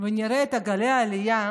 ונראה את גלי העלייה,